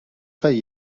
خوای